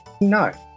No